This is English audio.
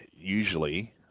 usually